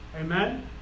Amen